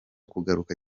kugaruka